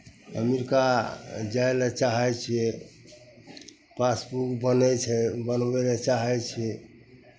अमरीका जाय लेल चाहै छियै पासबुक बनै छै बनबै लेल चाहै छियै